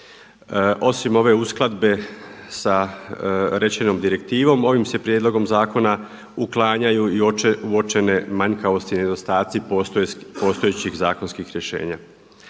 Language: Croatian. Osim ove uskladbe sa rečenom direktivom ovim se prijedlogom zakona uklanjaju i uočene manjkavosti i nedostatci postojećih zakonskih rješenja.